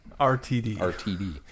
RTD